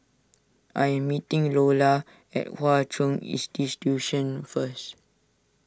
I am meeting Lolla at Hwa Chong first